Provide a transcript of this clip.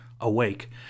awake